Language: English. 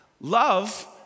Love